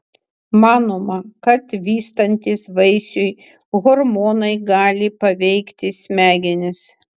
manoma kad vystantis vaisiui hormonai gali paveikti smegenis